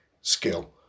skill